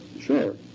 Sure